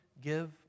give